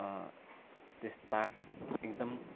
त्यस ताक एकदम